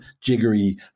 jiggery